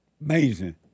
Amazing